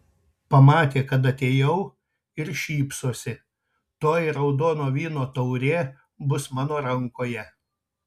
pamatė kad atėjau ir šypsosi tuoj raudono vyno taurė bus mano rankoje